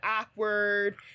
awkward